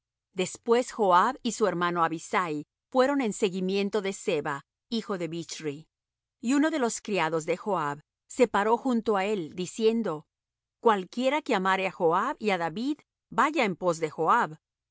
después joab y su hermano abisai fueron en seguimiento de seba hijo de bichri y uno de los criados de joab se paró junto á él diciendo cualquiera que amare á joab y á david vaya en pos de joab